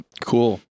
Cool